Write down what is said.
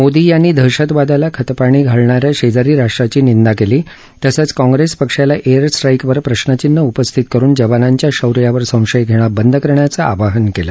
मोदी यांनी दहशतवादाला खतपाणी घालणा या शेजारी राष्ट्राची निंदा केली तसचं काँग्रेस पक्षाला एअर स्ट्रा किवर प्रश्रचिन्ह उपस्थित करून जवानांच्या शौर्यावर संशय घेणे बंद करण्याचं आवाहन केलं